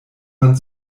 man